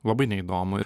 labai neįdomu ir